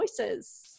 voices